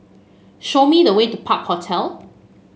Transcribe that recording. show me the way to Park Hotel